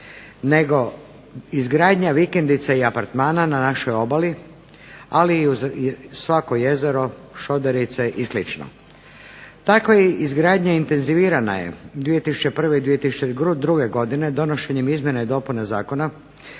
nego izgradnja vikendica i apartmana na našoj obali ali i uz svako jezero, šoderice i sl. Takva izgradnja intenzivirana je 2001. i 2002. godine donošenjem izmjena i dopuna zakona